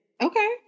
Okay